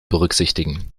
berücksichtigen